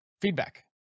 feedback